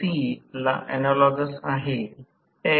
तर j x1 j x j x f हे समजण्यासारखे आहे